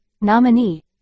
nominee